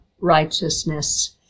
righteousness